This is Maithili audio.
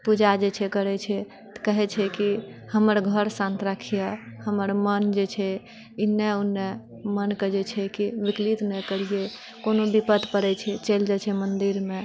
पूजा जे करै छै तऽ कहै छै कि हमर घर शान्त रखिहऽ हमर मन जे छै इन्ने उन्ने मन कऽ जे छै कि विकलित नहि करिहऽ कोनो विपत्ति पड़ै छै चलि जाइ छिऐ मन्दिरमे